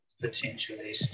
potentially